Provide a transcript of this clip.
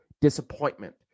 disappointment